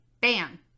bam